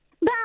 Bye